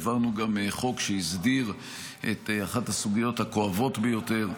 העברנו גם חוק שהסדיר את אחת הסוגיות הכואבות ביותר,